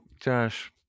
josh